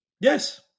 Yes